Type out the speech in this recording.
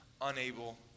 unable